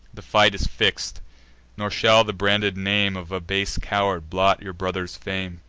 the fight is fix'd nor shall the branded name of a base coward blot your brother's fame.